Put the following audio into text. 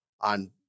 on